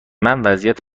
وضعیت